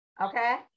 okay